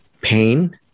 pain